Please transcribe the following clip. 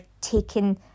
taking